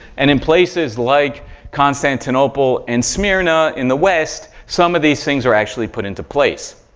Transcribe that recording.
and in places, like constantinople and smyrna in the west, some of these things are actually put into place.